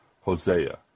Hosea